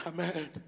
Amen